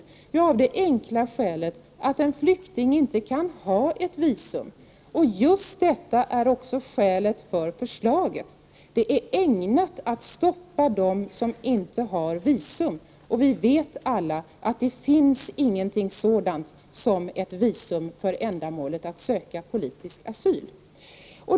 Det beror på det enkla skälet att en flykting inte kan få ett visum. Detta är också skälet bakom förslaget, som är ägnat att stoppa dem som inte har visum. Vi vet alla att det inte finns något sådant som ett visum för ändamålet att söka politisk asyl.